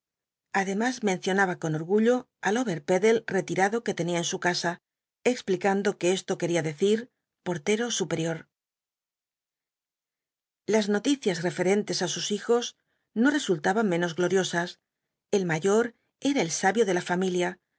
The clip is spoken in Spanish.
además mencionaba con orgullo al oberpedell retirado que tenía en su casa explicando que esto quería decir portero superior las noticias referentes á sus hijos no resultaban menos gloriosas el mayor era el sabio de la familia